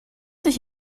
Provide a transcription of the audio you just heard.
nicht